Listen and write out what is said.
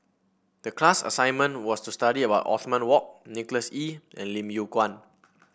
the class assignment was to study about Othman Wok Nicholas Ee and Lim Yew Kuan